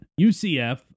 UCF